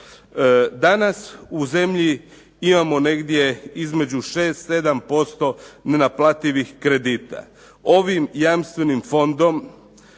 Danas u zemlji imamo negdje između 6, 7% naplativih kredita. Ovim jamstvenim fondom